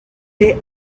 they